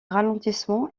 ralentissement